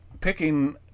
picking